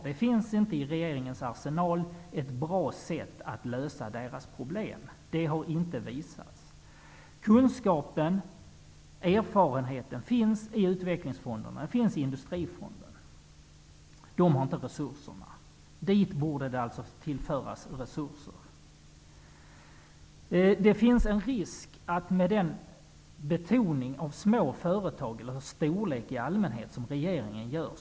Det finns inte i regeringens arsenal ett bra medel för att lösa deras problem. Det har inte visats. Kunskapen och erfarenheten finns i utvecklingsfonderna och i Industrifonden, men de har inte resurserna. Dit borde det tillföras resurser. Det finns en risk med den betoning på små företag, eller storlek över huvud taget, som regeringen gör.